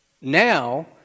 Now